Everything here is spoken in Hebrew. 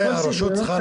מבנה שקיים 40 שנה,